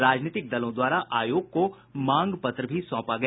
राजनीतिक दलों द्वारा आयोग को मांग पत्र भी सौंपा गया